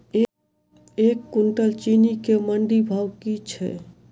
एक कुनटल चीनी केँ मंडी भाउ की छै?